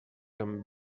amb